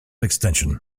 extension